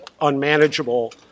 unmanageable